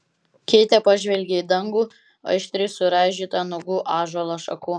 keitė pažvelgė į dangų aštriai suraižytą nuogų ąžuolo šakų